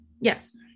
yes